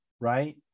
right